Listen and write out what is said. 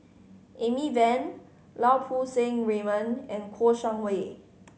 Amy Van Lau Poo Seng Raymond and Kouo Shang Wei